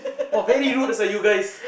!woah! very rude sia you guys